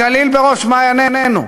הגליל בראש מעיינינו.